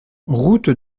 route